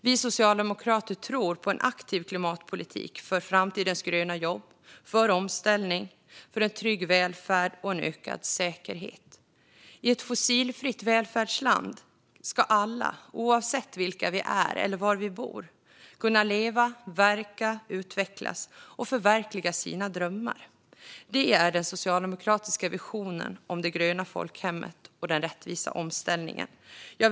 Vi socialdemokrater tror på en aktiv klimatpolitik för framtidens gröna jobb, för omställning, för en trygg välfärd och för en ökad säkerhet. I ett fossilfritt välfärdsland ska alla, oavsett vilka vi är eller var vi bor, kunna leva, verka, utvecklas och förverkliga våra drömmar. Det är den socialdemokratiska visionen om det gröna folkhemmet och den rättvisa omställningen. Herr talman!